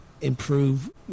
improve